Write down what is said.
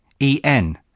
En